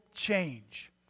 change